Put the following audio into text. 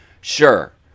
sure